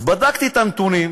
אז בדקתי את הנתונים,